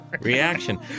reaction